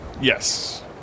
Yes